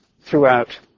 throughout